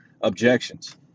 objections